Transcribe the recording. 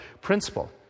Principle